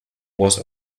was